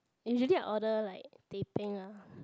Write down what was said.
usually I order like teh peng ah